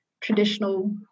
traditional